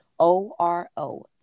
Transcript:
O-R-O